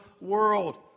world